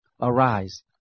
Arise